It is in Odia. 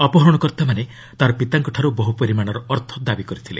ଅପହରଣକର୍ତ୍ତାମାନେ ତା'ର ପିତାଙ୍କଠାର୍ତ ବହୃ ପରିମାଣର ଅର୍ଥ ଦାବି କରିଥିଲେ